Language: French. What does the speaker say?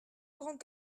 grand